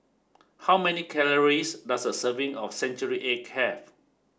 how many calories does a serving of Century Egg have